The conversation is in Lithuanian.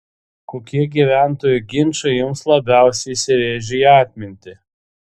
kokie gyventojų ginčai jums labiausiai įsirėžė į atmintį